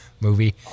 movie